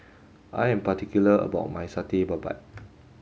I am particular about my Satay Babat